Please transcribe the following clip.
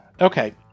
Okay